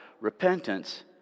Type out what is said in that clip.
repentance